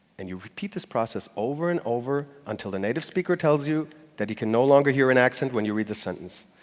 and you repeat this process over and over until the native speaker tells you that he can no longer hear an accent when you read the sentence.